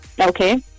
Okay